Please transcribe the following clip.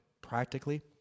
practically